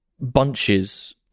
Bunches